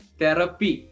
therapy